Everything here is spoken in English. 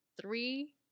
Three